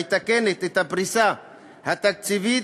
המתקנת את הפריסה התקציבית,